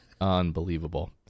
Unbelievable